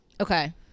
Okay